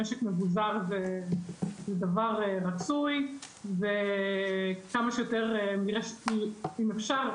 שמשק מבוזר זה דבר רצוי ואם אפשר,